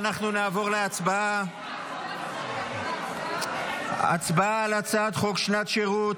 אנחנו נעבור להצבעה על הצעת חוק שנת שירות,